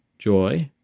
joy,